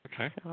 Okay